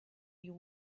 you